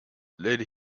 lady